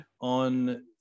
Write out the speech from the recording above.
on